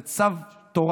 זה צו תורה,